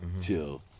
till